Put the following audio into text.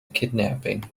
kidnapping